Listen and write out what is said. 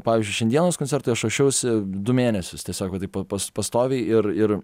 pavyzdžiui šiandienos koncertui aš ruošiausi du mėnesius tiesiog va taip pa pa pastoviai ir ir